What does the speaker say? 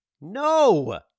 No